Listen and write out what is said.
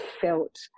felt